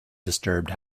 disturbed